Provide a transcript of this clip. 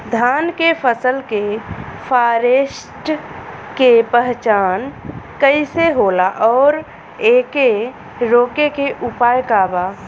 धान के फसल के फारेस्ट के पहचान कइसे होला और एके रोके के उपाय का बा?